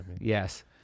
Yes